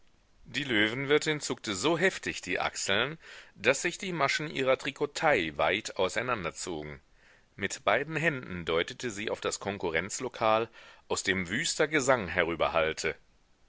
die löwenwirtin zuckte so heftig die achseln daß sich die maschen ihrer trikottaille weit auseinanderzogen mit beiden händen deutete sie auf das konkurrenzlokal aus dem wüster gesang